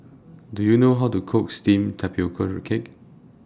Do YOU know How to Cook Steamed Tapioca Cake